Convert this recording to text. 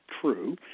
true